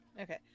Okay